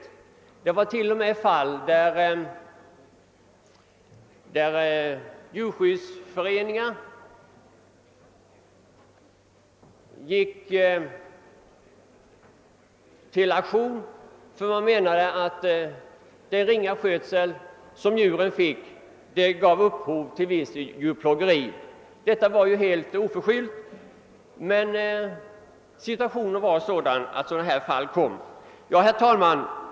Ja, det fanns t.o.m. fall där djurskyddsföreningen gick till aktion för att djuren fått så ringa skötsel att man kunde tala om djurplågeri. Det var naturligtvis i så fall helt oförskyllt, men situationen var sådan att dylika fall uppkom. Herr talman!